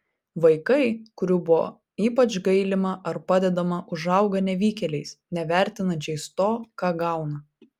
vaikai kurių buvo ypač gailima ar padedama užauga nevykėliais nevertinančiais to ką gauna